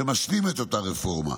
שמשלים את אותה רפורמה.